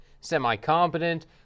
semi-competent